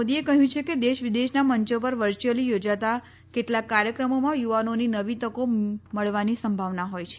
મોદીએ કહ્યું છે કે દેશ વિદેશના મંચો પર વર્યુ ેઅલી યોજાતા કેટલાક કાર્યક્રમોમાં યુવાનોને નવી તકો મળવાની સંભાવના હોય છે